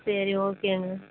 சரி ஓகேங்க